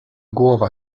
głowa